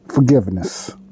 Forgiveness